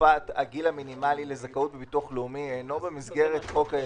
תקופת הגיל המינימלי לזכאות בביטוח הלאומי אינו במסגרת חוק היסוד.